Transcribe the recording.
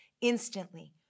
instantly